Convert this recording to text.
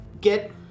get